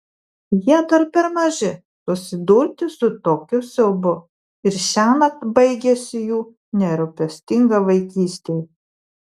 jie dar per maži susidurti su tokiu siaubu ir šiąnakt baigiasi jų nerūpestinga vaikystė